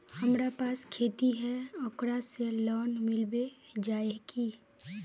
हमरा पास खेती है ओकरा से लोन मिलबे जाए की?